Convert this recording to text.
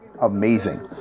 amazing